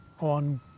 on